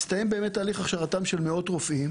הסתיים באמת תהליך הכשרתם של מאות רופאים